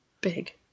big